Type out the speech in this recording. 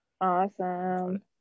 awesome